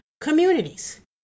communities